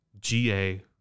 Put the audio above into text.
GA